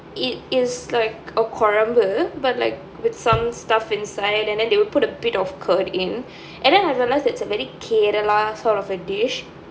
it is like a கொழம்பு:kolambu but like with some stuff inside and then they will put a bit of curd in and then I realise that's a very kerala sort of a dish